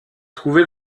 trouvé